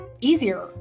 easier